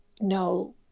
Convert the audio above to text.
no